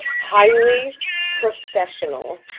highly professional.